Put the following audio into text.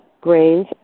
grains